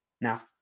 Now